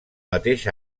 mateix